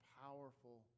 powerful